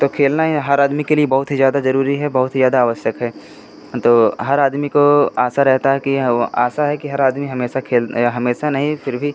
तो खेलना ये हर आदमी के लिए बहुत ही ज़्यादा ज़रूरी है बहुत ही ज़्यादा आवश्यक है तो हर आदमी को आशा रहती है कि आशा है कि हर आदमी हमेशा खे हमेशा नहीं फिर भी